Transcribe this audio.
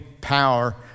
power